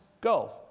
go